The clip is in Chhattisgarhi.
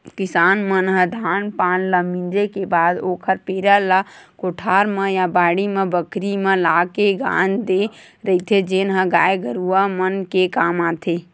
किसान मन ह धान पान ल मिंजे के बाद ओखर पेरा ल कोठार म या बाड़ी बखरी म लाके गांज देय रहिथे जेन ह गाय गरूवा मन के काम आथे